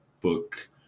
book